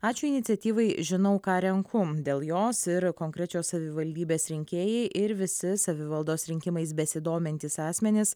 ačiū iniciatyvai žinau ką renku dėl jos ir konkrečios savivaldybės rinkėjai ir visi savivaldos rinkimais besidomintys asmenys